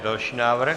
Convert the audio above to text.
Další návrh.